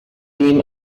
tim